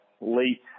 late